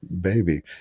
baby